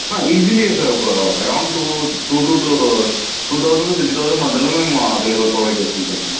easily sir ఒక around two two two two two thousand three thousand మధ్యలో మేము available provide చేస్తాం sir మేము